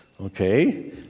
Okay